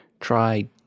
try